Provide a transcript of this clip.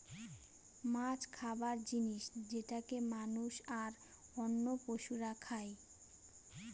মাছ খাবার জিনিস যেটাকে মানুষ, আর অন্য পশুরা খাই